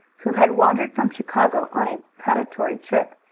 who had wandered from chicago on a predatory trip,